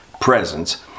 presence